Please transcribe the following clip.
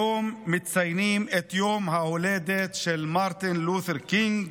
היום מציינים את יום ההולדת של מרטין לותר קינג,